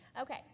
Okay